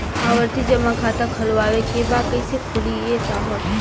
आवर्ती जमा खाता खोलवावे के बा कईसे खुली ए साहब?